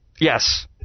Yes